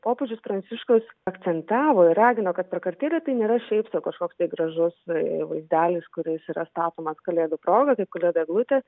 popiežius pranciškus akcentavo ir ragino kad prakartėlė tai nėra šiaip sau kažkoks tai gražus vaizdelis kuris yra statomas kalėdų proga kaip kalėdų eglutė